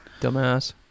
Dumbass